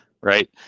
Right